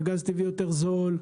והגז הטבעי יותר זול.